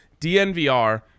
DNVR